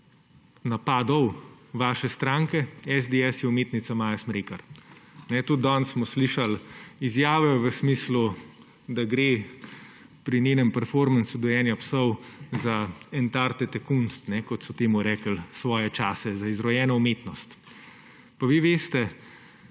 napadov vaše stranke, SDS, je umetnica Maja Smrekar. Tudi danes smo slišali izjave v smislu, da gre pri njenem performansu dojenja psov za »entartete Kunst«, kot so temu rekli svoje čase za izrojeno umetnost. Pa vi veste,